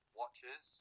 watches